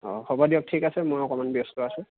অঁ হ'ব দিয়ক ঠিক আছে মই অকণমান ব্যস্ত আছে